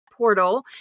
Portal